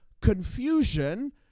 confusion